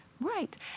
Right